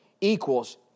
equals